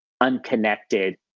unconnected